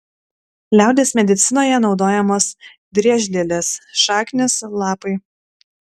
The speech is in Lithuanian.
liaudies medicinoje naudojamos driežlielės šaknys lapai